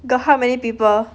!huh! got how many people